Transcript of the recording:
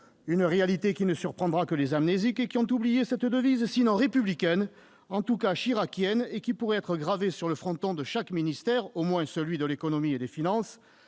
une réalité qui ne surprendra que les amnésiques ayant oublié cette devise, sinon républicaine, en tout cas chiraquienne, qui pourrait être gravée sur le fronton de chaque ministère, au moins celui de l'économie et des finances